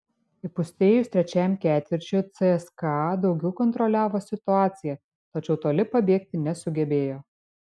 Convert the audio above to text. įpusėjus trečiajam ketvirčiui cska daugiau kontroliavo situaciją tačiau toli pabėgti nesugebėjo